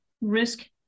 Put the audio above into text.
risk